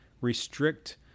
restrict